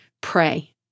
pray